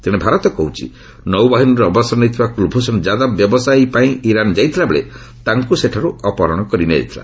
ତେଣେ ଭାରତ କହୁଛି ନୌବାହିନୀରୁ ଅବସର ନେଇଥିବା କୁଲଭ୍ଷଣ ଯାଦବ ବ୍ୟବସାୟ ପାଇଁ ଇରାନ୍ ଯାଇଥିଲାବେଳେ ତାଙ୍କୁ ସେଠାରୁ ଅପହରଣ କରି ନିଆଯାଇଥିଲା